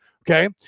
Okay